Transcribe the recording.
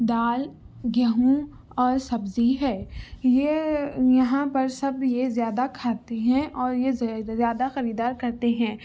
دال گیہوں اور سبزی ہے یہ یہاں پر سب یہ زیادہ کھاتے ہیں اور یہ زیادہ خریدار کرتے ہیں